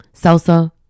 salsa